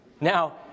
Now